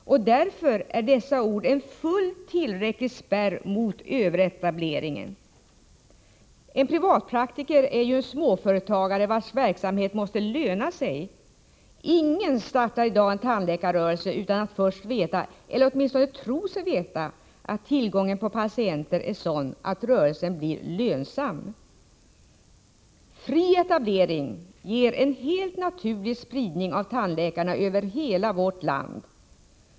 Därför är dessa ord en fullt tillräcklig spärr mot överetableringen. En privatpraktiker är ju en småföretagare vars verksamhet måste löna sig. Ingen startar i dag en tandläkarrörelse utan att först veta, eller åtminstone tro sig veta, att tillgången på patienter är sådan att rörelsen blir lönsam. Fri etablering ger en helt naturlig spridning av tandläkarna över hela vårt land.